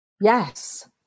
Yes